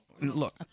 Look